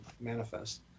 manifest